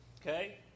Okay